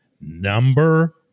Number